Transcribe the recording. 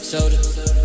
Soda